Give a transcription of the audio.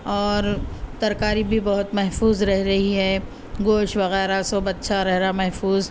اور ترکاری بھی بہت محفوظ رہ رہی ہے گوش وغیرہ سب اچّھا رہ رہا محفوظ